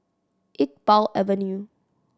Iqbal Avenue